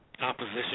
opposition